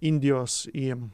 indijos į